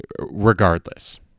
regardless